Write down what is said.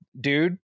dude